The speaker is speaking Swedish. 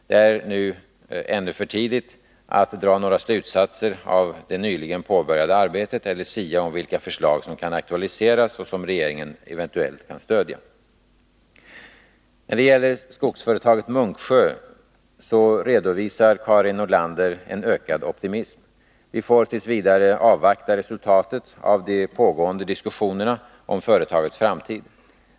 Det är ännu för tidigt att dra några slutsatser av det nyligen påbörjade arbetet eller sia om vilka förslag som kan aktualiseras och som regeringen eventuellt kan stödja. När det gäller skogsföretaget Munksjö redovisar Karin Nordlander en ökad optimism. Vi får t. v. avvakta resultatet av de pågående diskussionerna om företagets framtid.